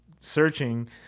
searching